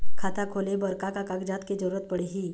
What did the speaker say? खाता खोले बर का का कागजात के जरूरत पड़ही?